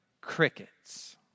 Crickets